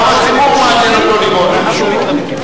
גם הציבור מעניין אותו לראות ולשמוע.